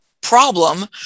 problem